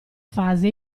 fase